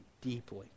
deeply